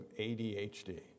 ADHD